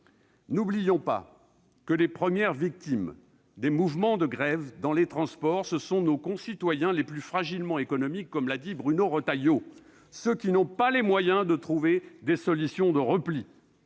N'oublions pas que les premières victimes des mouvements de grève dans les transports, ce sont nos concitoyens les plus fragiles économiquement, comme l'a dit Bruno Retailleau, ceux qui n'ont pas les moyens de recourir à des solutions de repli.